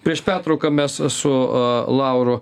prieš pertrauką mes su lauru